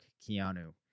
Keanu